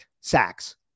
sacks